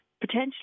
Potentially